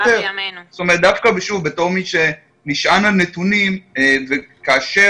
דווקא, שוב, בתור מי שנשען על נתונים וכאשר